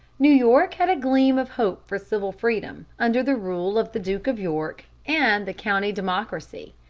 new york had a gleam of hope for civil freedom under the rule of the duke of york and the county democracy,